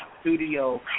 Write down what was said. studio